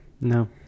No